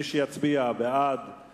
מי שיצביע בעד זה